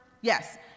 yes